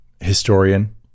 Historian